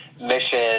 mission